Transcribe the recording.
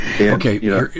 Okay